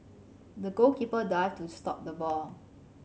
the goalkeeper dived to stop the ball